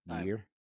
year